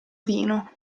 vino